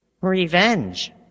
Revenge